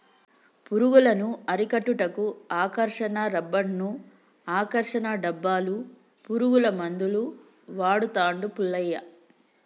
పురుగులను అరికట్టుటకు ఆకర్షణ రిబ్బన్డ్స్ను, ఆకర్షణ డబ్బాలు, పురుగుల మందులు వాడుతాండు పుల్లయ్య